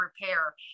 repair